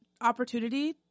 opportunity